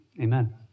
Amen